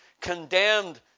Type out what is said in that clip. condemned